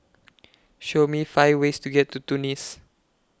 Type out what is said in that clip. Show Me five ways to get to Tunis